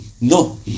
No